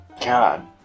God